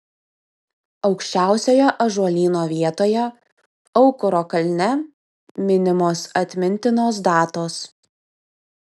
aukščiausioje ąžuolyno vietoje aukuro kalne minimos atmintinos datos